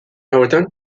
hauetan